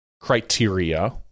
criteria